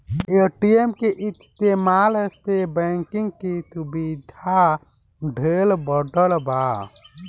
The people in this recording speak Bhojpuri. ए.टी.एम के इस्तमाल से बैंकिंग के सुविधा ढेरे बढ़ल बा